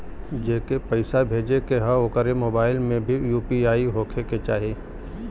जेके पैसा भेजे के ह ओकरे मोबाइल मे भी यू.पी.आई होखे के चाही?